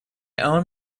own